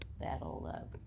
that'll